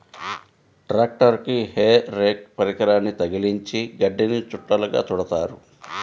ట్రాక్టరుకి hay rake పరికరాన్ని తగిలించి గడ్డిని చుట్టలుగా చుడుతారు